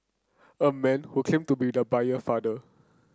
a man who claimed to be the buyer father